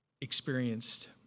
experienced